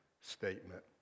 statement